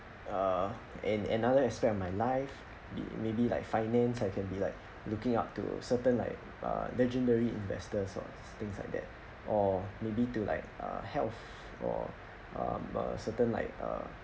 uh and another aspect of my life be maybe like finance I can be like looking up to certain like a legendary investor sorts of things like that or maybe to like uh health or um a certain like uh